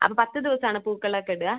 അപ്പം പത്ത് ദിവസമാണ് പൂക്കൾ ഒക്കെ ഇടുക